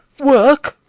work!